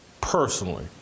personally